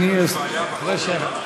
אני מבקש להצביע נגד.